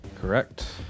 Correct